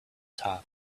top